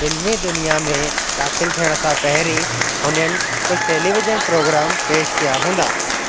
फ़िल्मी दुनिया में दाख़िलु थियण सां पहिरीं हुननि कुझु टेलीविजन प्रोग्राम पेश कया हूंदा